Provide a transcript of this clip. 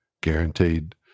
guaranteed